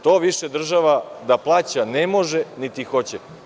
To više država da plaća ne može, niti hoće.